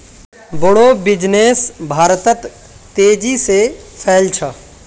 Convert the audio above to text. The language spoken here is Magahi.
बोड़ो बिजनेस भारतत तेजी से फैल छ